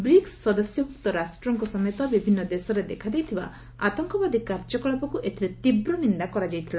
BRICS ସଦସ୍ୟଭୁକ୍ତ ରାଷ୍ଟ୍ରଙ୍କ ସମେତ ବିଭିନ୍ନ ଦେଶରେ ଦେଖାଦେଇଥିବା ଆତଙ୍କବାଦୀ କାର୍ଯ୍ୟକଳାପକୁ ଏଥିରେ ତୀବ୍ର ନିନ୍ଦା କରାଯାଇଥିଲା